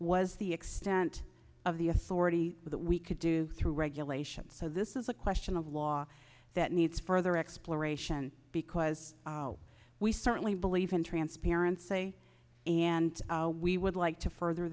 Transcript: was the extent of the authority that we could do through regulation so this is a question of law that needs further exploration because we certainly believe in transparency and we would like to further